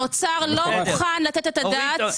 האוצר לא מוכן לתת את הדעת.